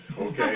okay